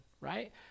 right